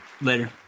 later